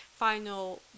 final